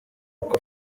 uko